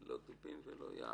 שלא דובים ולא יער.